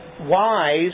wise